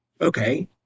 okay